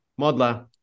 Modler